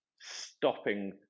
stopping